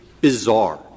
bizarre